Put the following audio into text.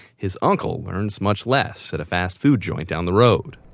his uncle earns much less at a fast food joint down the road.